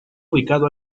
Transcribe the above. ubicado